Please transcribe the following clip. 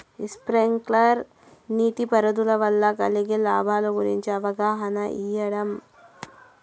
Sprinkle నీటిపారుదల వల్ల కలిగే లాభాల గురించి అవగాహన ఇయ్యడం?